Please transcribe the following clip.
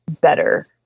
better